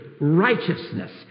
righteousness